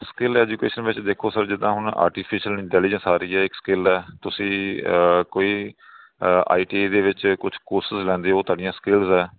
skill education ਵਿੱਚ ਦੇਖੋ sir ਜਿੱਦਾਂ ਹੁਣ ਆਰਟੀਫੀਸ਼ੀਅਲ ਇੰਟੈਲੀਜੈਂਸ ਆ ਰਹੀ ਹੈ ਇੱਕ ਸਕਿੱਲ ਹੈ ਤੁਸੀਂ ਕੋਈ ਆਈ ਟੀ ਆਈ ਦੇ ਵਿੱਚ ਕੁਛ ਕੋਰਸਸ ਲੈਂਦੇ ਹੋ ਤੁਹਾਡੀਆਂ ਸਕਿੱਲਸ ਹੈ